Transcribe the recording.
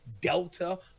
delta